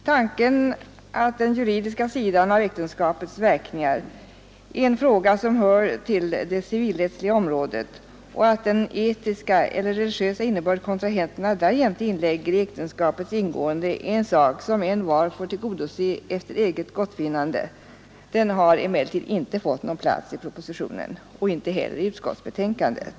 Tanken att den juridiska sidan av äktenskapets verkningar är en fråga 3 Nr 106 som hör till det civilrättsliga området och att den etiska eller rel Fredagen den jämte inlägger i äktenskapets ingående I juni 1973 sak som envar får tillgodose efter eget gottfinnande har emellertid inte - am fått någon plats i propositionen. Inte heller i utskottsbetänkandet.